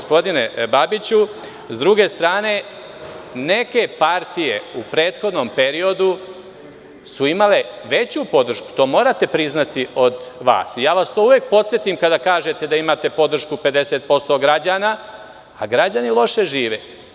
Sa druge strane, neke partije u prethodnom periodu su imale veću podršku, to morate priznati, od vas i uvek vas podsetim kada kažete da imate podršku 50% građana, a građani loše žive.